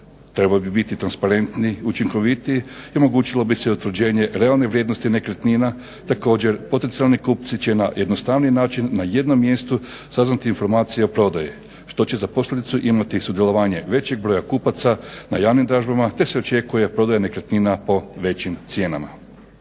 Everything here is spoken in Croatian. trebao bi biti transparentniji, učinkovitiji i omogućilo bi se utvrđenje realne vrijednosti nekretnina. Također, potencijalni kupci će na jednostavniji način na jednom mjestu saznati informacije o prodaji što će za posljedicu imati sudjelovanje većeg broja kupaca na javnim dražbama te se očekuje prodaja nekretnina po većim cijenama.